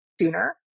sooner